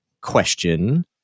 question